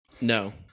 no